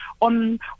on